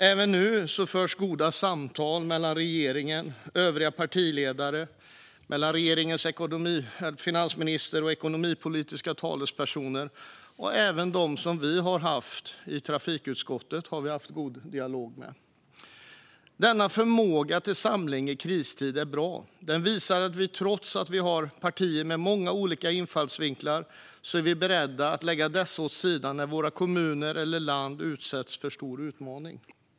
Även nu förs goda samtal mellan regeringen och övriga partiledare och mellan finansministern och ekonomisk-politiska talespersoner. Vi har även haft god dialog med de personer som varit i trafikutskottet. Denna förmåga till samling i kristid är bra. Det visar att trots att vi har partier med många olika infallsvinklar är vi bereda att lägga dessa åt sidan när våra kommuner eller vårt land utsätts för en stor utmaning.